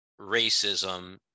racism